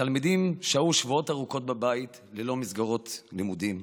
התלמידים שהו שבועות ארוכים בבית ללא מסגרות לימודים,